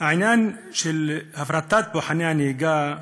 העניין של הפרטת מבחני הנהיגה,